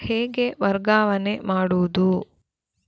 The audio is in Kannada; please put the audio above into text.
ಹೇಗೆ ವರ್ಗಾವಣೆ ಮಾಡುದು?